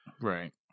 right